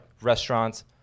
Restaurants